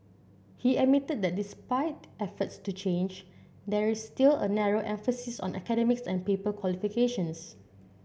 he admitted that despite efforts to change there is still a narrow emphasis on academics and paper qualifications